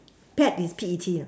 pet is P E T ya